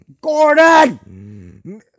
Gordon